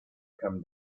come